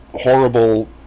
horrible